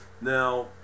Now